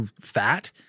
fat